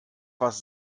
was